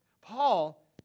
Paul